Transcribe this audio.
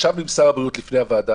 ישבנו עם שר הבריאות לפני הוועדה